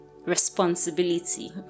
responsibility